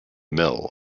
mill